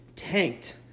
tanked